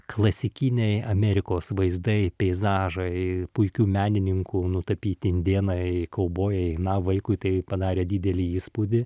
klasikiniai amerikos vaizdai peizažai puikių menininkų nutapyti indėnai kaubojai na vaikui tai padarė didelį įspūdį